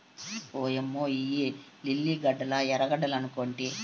ఓయమ్మ ఇయ్యి లిల్లీ గడ్డలా ఎర్రగడ్డలనుకొంటి